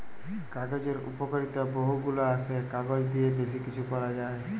কাগজের উপকারিতা বহু গুলা আসে, কাগজ দিয়ে বেশি কিছু করা যায়